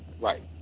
Right